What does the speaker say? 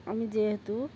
আমি যেহেতু